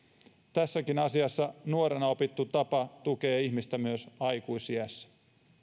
tässäkin asiassa nuorena opittu tapa tukee ihmistä myös aikuisiässä